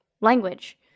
language